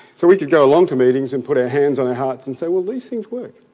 so we could go along to meetings and put our hands on our hearts and say well these things work,